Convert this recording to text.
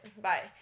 Bye